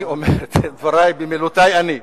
אני אומר את דברי במילותי שלי.